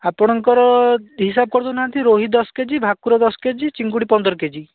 ଆପଣଙ୍କର ହିସାବ କରିଦେଉ ନାହାନ୍ତି ରୋହି ଦଶ କେଜି ଭାକୁର ଦଶ କେଜି ଚିଙ୍ଗୁଡ଼ି ପନ୍ଦର କେଜି